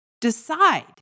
Decide